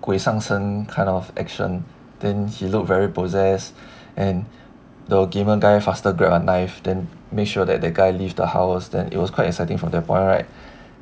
鬼上身 kind of action then he looked very possessed and the gamer guy faster grab a knife and make sure that the guy leave the house then it was quite exciting from that point right